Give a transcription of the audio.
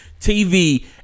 TV